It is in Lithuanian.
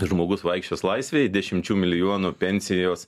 žmogus vaikščios laisvėj dešimčių milijonų pensijos